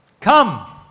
come